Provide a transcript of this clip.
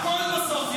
הכול בסוף יצוף.